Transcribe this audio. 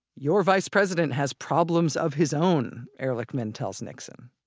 your vice president has problems of his own, ehrlichman tells nixon